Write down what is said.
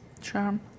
charm